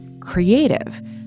creative